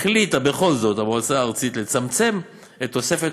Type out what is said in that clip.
החליטה בכל זאת המועצה הארצית לצמצם את תוספת